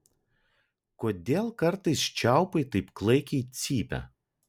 kodėl kartais čiaupai taip klaikiai cypia